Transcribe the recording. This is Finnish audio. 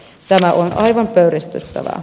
tämä on aivan pöyristyttävää